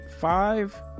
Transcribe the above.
five